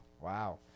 Wow